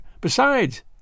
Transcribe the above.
Besides